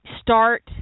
start